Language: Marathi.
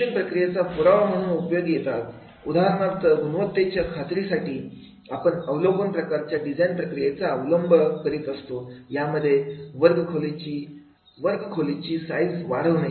हे शिक्षण प्रक्रियेचा पुरावा म्हणून उपयोगी येतात उदाहरणार्थ गुणवत्तेच्या खात्रीसाठी आपण अवलोकन प्रकारच्या डिझाईन प्रक्रियेचा अवलंब करीत असतो यामध्ये वर्गखोली ची साईज वाढवणे